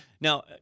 Now